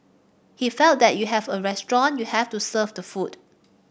he felt that you have a restaurant you have to serve the food